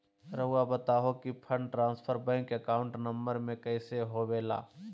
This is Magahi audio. रहुआ बताहो कि fund transfer bank account number में कैसे होबेला?